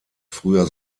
früher